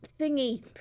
Thingy